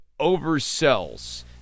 oversells